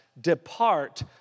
depart